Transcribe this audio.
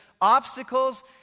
obstacles